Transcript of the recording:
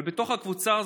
אבל בתוך הקבוצה הזאת,